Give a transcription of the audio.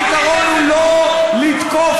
איזו דמות?